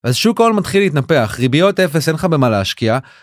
אז שוק ההון מתחיל להתנפח, ריביות אפס, אין לך במה להשקיע.